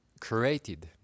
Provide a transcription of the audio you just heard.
created